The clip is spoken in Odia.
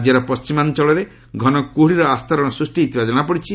ରାଜ୍ୟର ପଶ୍ଚିମ ଅଞ୍ଚଳରେ ଘନ କୁହୁଡ଼ିର ଆସ୍ତରଣ ସୃଷ୍ଟି ହୋଇଥିବା ଜଣାପଡ଼ିଛି